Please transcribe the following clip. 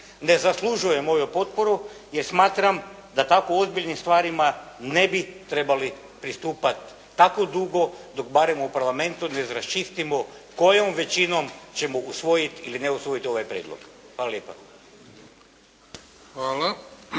ne zaslužuje moju potporu, jer smatram da tako ozbiljnim stvarima ne bi trebali pristupati tako dugo dok barem u Parlamentu ne raščistimo kojom većinom ćemo usvojiti ili ne usvojiti ovaj prijedlog. Hvala lijepa.